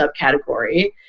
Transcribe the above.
subcategory